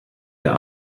der